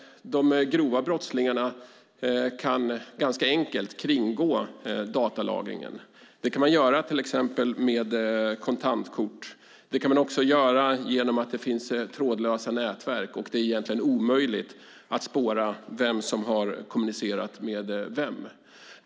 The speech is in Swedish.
De grova brottslingarna kan ganska enkelt kringgå datalagringen. Det kan man göra exempelvis genom att använda kontantkort och trådlösa nätverk. Det är egentligen omöjligt att spåra vem som kommunicerat med vem.